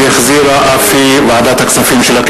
שהחזירה ועדת הכספים.